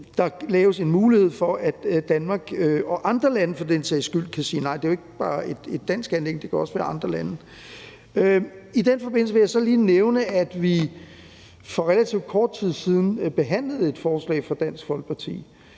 skal laves en mulighed for, at Danmark og andre lande for den sags skyld kan sige nej, jo ikke er bare et dansk anliggende; det kan også være andre lande. I den forbindelse vil jeg så lige nævne, at vi for relativt kort tid siden behandlede et forslag fra Dansk Folkeparti,